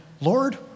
Lord